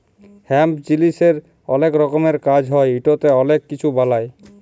hemp জিলিসের অলেক রকমের কাজ হ্যয় ইটতে অলেক কিছু বালাই